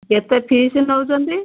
କେତେ ଫିସ୍ ନେଉଛନ୍ତି